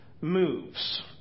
moves